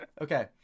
Okay